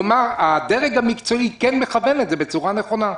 כלומר הדרג המקצועי כן מכוון את זה בצורה נכונה.